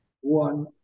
One